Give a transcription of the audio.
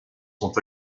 sont